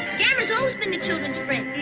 gamera's always been the children's friend.